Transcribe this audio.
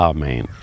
Amen